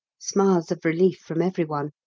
smiles of relief from every one.